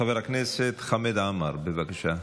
חבר הכנסת חמד עמאר, בבקשה.